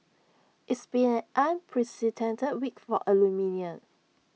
it's been an unprecedented week for aluminium